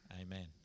Amen